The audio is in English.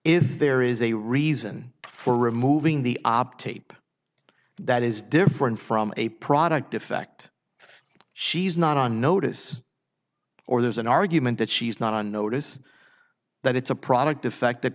f there is a reason for removing the op tape that is different from a product defect she's not on notice or there's an argument that she's not on notice that it's a product defect that